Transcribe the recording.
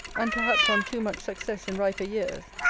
and perhaps on too much success in riper years,